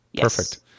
Perfect